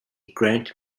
grant